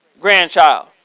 grandchild